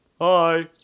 hi